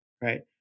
right